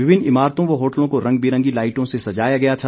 विभिन्न इमारतों व होटलों को रंग बिरंगी लाइटों से सजाया गया था